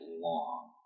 long